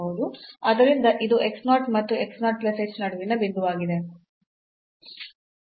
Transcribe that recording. ಆದ್ದರಿಂದ ಇದು x 0 ಮತ್ತು x 0 plus h ನಡುವಿನ ಬಿಂದುವಾಗಿದೆ